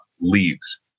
leaves